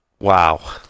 Wow